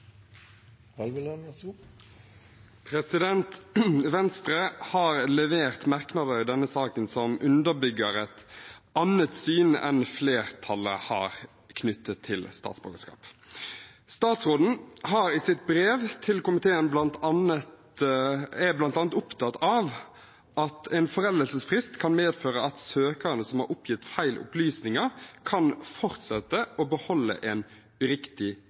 Venstre har levert merknader i denne saken som underbygger et annet syn enn flertallet har knyttet til statsborgerskap. Statsråden er i sitt brev til komiteen bl.a. opptatt av at en foreldelsesfrist kan medføre at søkeren som har oppgitt feil opplysninger, kan fortsette å beholde en